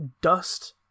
Dust